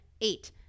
eight